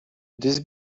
this